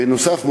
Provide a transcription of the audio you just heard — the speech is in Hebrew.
בנוסף,